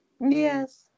Yes